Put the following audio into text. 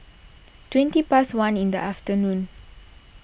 twenty past one in the afternoon